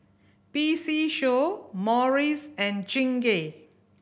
P C Show Morries and Chingay